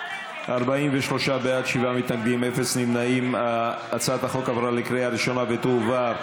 33) (הארכת רישיון לעובד זר בענף הסיעוד),